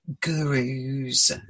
gurus